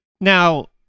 Now